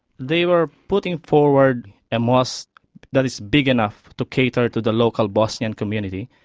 they were putting forward a mosque that is big enough to cater to the local bosnian community.